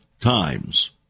times